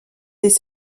des